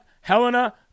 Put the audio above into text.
Helena